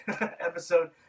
episode